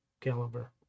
caliber